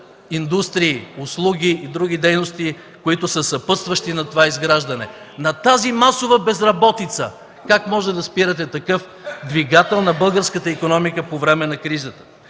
индустрии, услуги и други дейности, които са съпътстващи на това изграждане. На тази масова безработица как може да спирате такъв двигател на българската икономика по време на кризата?